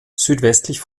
südwestlich